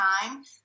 time